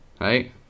Right